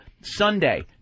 Sunday